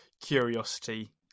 curiosity